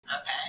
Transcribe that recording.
Okay